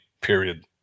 period